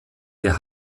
der